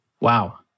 Wow